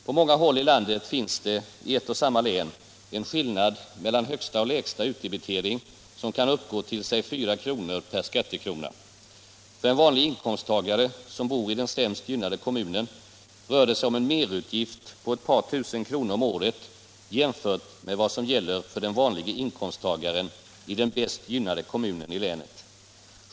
På många håll i landet finns det i ett och samma län en skillnad mellan högsta och lägsta utdebitering som kan uppgå till låt oss säga 4 kr. per skattekrona. För en vanlig inkomsttagare som bor i den sämst gynnade kommunen rör det sig om en merutgift på ett par tusen kronor om året jämfört med vad som gäller för den vanlige inkomsttagaren i den mest gynnade kommunen i länet.